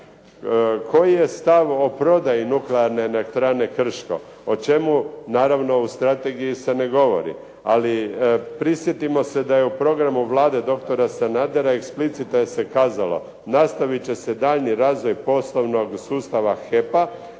Koji je stav o prodaji NE "Krško"? O čemu, naravno u strategiji se ne govori, ali prisjetimo se da je u programu Vlade doktora Sanadera eksplicitno se kazalo nastavit će se daljnji razvoj poslovnog sustava HEP-a,